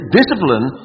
discipline